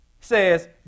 Says